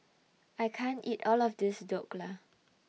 I can't eat All of This Dhokla